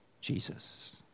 Jesus